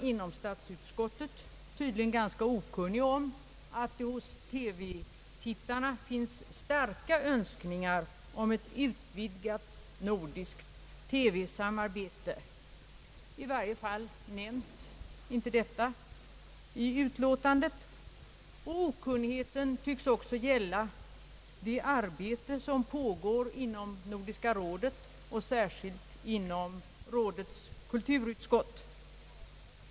Inom statsutskottet tycks man dessutom vara ganska okunnig om att det hos TV-tittarna finns starka önskningar om ett utvidgat nordiskt TV samarbete, I varje fall nämns inte detta i utlåtandet. Okunnigheten tycks också gälla det arbete som pågår inom Nordiska rådet och särskilt inom rådets kulturutskott.